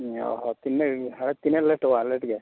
ᱦᱮᱸ ᱚᱻ ᱦᱚᱸ ᱛᱤᱱᱟᱹᱜ ᱛᱤᱱᱟᱹᱜ ᱞᱮᱴᱚᱜᱼᱟ ᱦᱟᱸᱰᱮ ᱞᱮᱴ ᱜᱮ